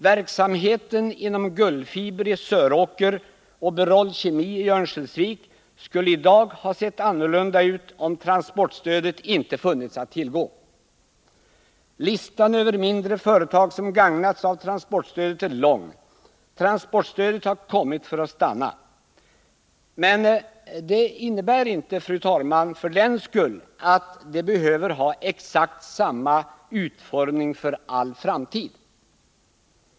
Verksamheten inom Gullfiber i Söråker och Berol Kemi i Örnsköldsvik skulle i dag ha sett annorlunda ut om transportstödet inte funnits att tillgå. Listan över mindre företag som gagnats av transportstödet är lång. Transportstödet har kommit för att stanna. Men det innebär för den skull inte att det behöver ha exakt samma utformning för all framtid.